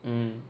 mm